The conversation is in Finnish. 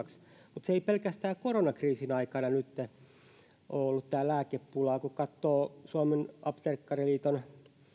mutta ei tämä lääkepula nyt pelkästään koronakriisin aikana ole ollut kun katsoo suomen apteekkariliiton